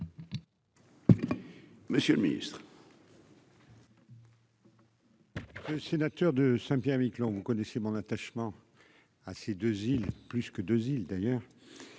Monsieur le Ministre.